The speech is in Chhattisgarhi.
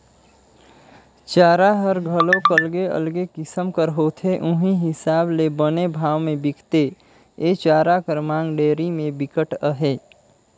चारा हर घलोक अलगे अलगे किसम कर होथे उहीं हिसाब ले बने भाव में बिकथे, ए चारा कर मांग डेयरी में बिकट अहे